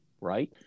right